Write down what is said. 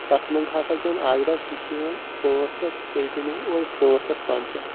تَتھ منٛز ہَسا چھِ یِوان اَکھ ڈَبہٕ سُہ چھِ یِوان پانٛژھ ہَتھ تُہۍ کٕنِو اورٕ پانٛژھ ہَتھ پنٛژاہ